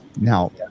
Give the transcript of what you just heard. Now